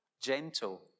gentle